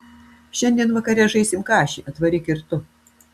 šiandien vakare žaisim kašį atvaryk ir tu